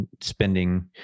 spending